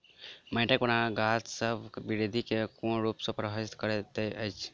माइटक बनाबट गाछसबक बिरधि केँ कोन रूप सँ परभाबित करइत अछि?